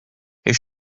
his